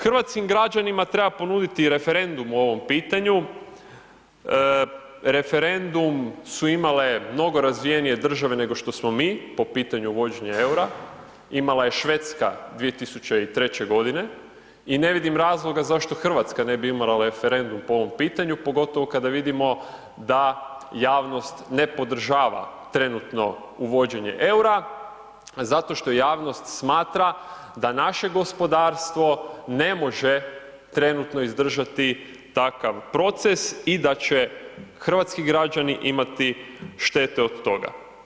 Hrvatskim građanima treba ponuditi referendum o ovom pitanju, referendum su imale mnogo razvijenije države nego što smo mi po pitanju uvođenja EUR-a, imala je Švedska 2003. godine i ne vidim razloga zašto Hrvatska ne bi imala referendum po ovom pitanju pogotovo kada vidimo da javnost ne podržava trenutno uvođenje EUR-a, zato što javnost smatra da naše gospodarstvo ne može trenutno izdržati takav proces i da će hrvatski građani imati štete od toga.